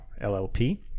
LLP